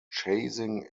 chasing